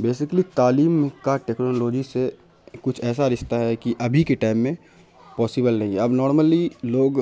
basically تعلیم کا technology سے کچھ ایسا رشتہ ہے کہ ابھی کے ٹائم میں پاسیبل نہیں اب نارملی لوگ